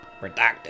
redacted